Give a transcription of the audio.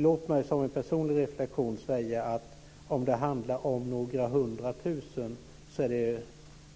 Låt mig som en personlig reflexion säga att om det handlar om några hundra tusen